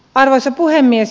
arvoisa puhemies